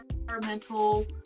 environmental